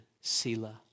sila